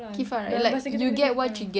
kifarah like you get what you get